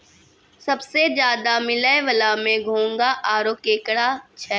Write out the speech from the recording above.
सबसें ज्यादे मिलै वला में घोंघा आरो केकड़ा छै